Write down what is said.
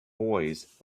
boys